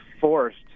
forced